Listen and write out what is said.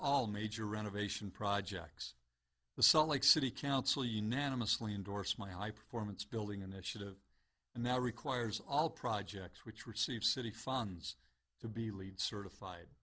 all major renovation projects the salt lake city council unanimously endorsed my high performance building initiative and now requires all projects which receive city funds to be leed certified